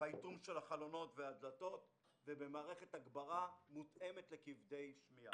באיטום החלונות והדלתות ובמערכת הגברה מותאמת לכבדי שמיעה,